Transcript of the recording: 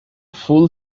full